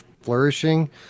flourishing